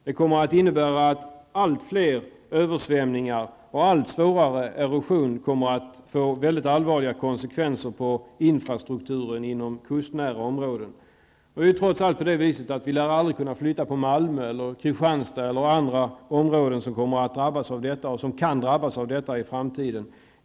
Det innebär att det kan bli allt fler översvämningar och en allt svårare erosion, som får mycket allvarliga konsekvenser för infrastrukturen i kustnära områden. Trots allt lär vi aldrig kunna flytta på Malmö, Kristianstad eller andra områden som drabbas av sådant här nu eller i framtiden.